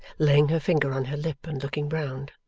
laying her finger on her lip and looking round.